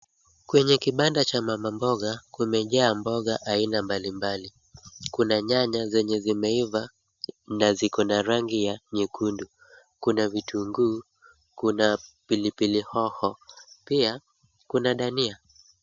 Kwenye kibanda cha mamamboga , kumejaa mboga aina mbalimbali. Kuna nyanya zenye zimeiva na ziko na rangi ya nyekundu . Kuna vitunguu, kuna pilipili hoho, pia kuna dania.